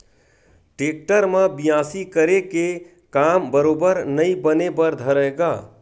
tractor म बियासी करे के काम बरोबर नइ बने बर धरय गा